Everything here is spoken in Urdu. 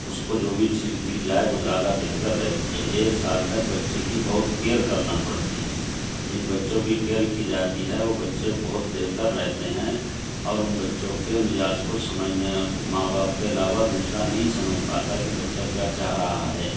اس کو جو بھی چیز دی جائے وہ زیادہ بہتر رہتی ہے ایک سال تک بچے کی بہت کئیر کرنا پڑتی ہے جن بچوں کی کئیر کی جاتی ہے وہ بچے بہت بہتر رہتے ہیں اور ان بچوں کے مجاز کو سمجھنے ماں باپ کے علاوہ دوسرا نہیں سمجھ پاتا ہے کہ بچہ کیا چاہ رہا ہے